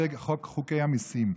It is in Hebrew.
וזה חוקי המיסים.